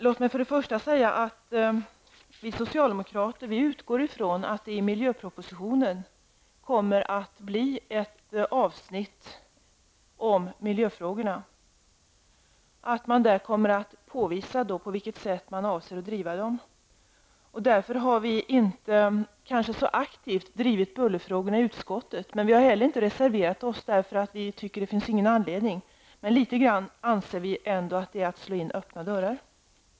Jag vill börja med att säga att vi socialdemokrater utgår ifrån att det i miljöpropositionen kommer att ingå ett avsnitt om miljöfrågorna. Där kommer man att visa på vilket sätt man avser att driva dessa frågor. Därför har vi socialdemokrater inte så aktivt drivit bullerfrågorna i utskottet, men vi har heller inte reserverat oss, eftersom vi anser att det inte finns någon anledning och att det vore nästan som att slå in öppna dörrar.